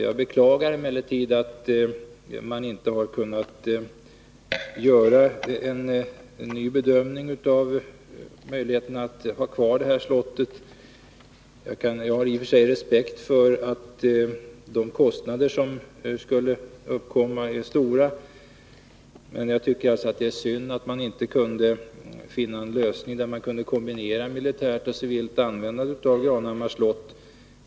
Jag beklagar emellertid att man inte har kunnat göra en ny bedömning av möjligheterna att ha kvar det här slottet. Jag har i och för sig respekt för att de kostnader som skulle uppkomma är stora, men jag tycker att det är synd att man inte kunnat finna en lösning där man kunde kombinera militärt och civilt användande av Granhammars slott.